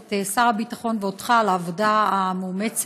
את שר הביטחון ואותך על העבודה המאומצת,